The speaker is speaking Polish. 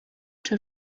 czy